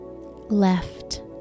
left